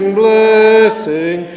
blessing